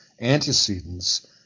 antecedents